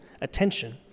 attention